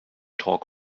talk